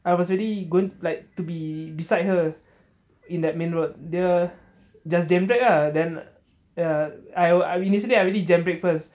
I was really goi~ like to be beside her in that main road dia just jam break ah then ya I will I will initially I already jam break first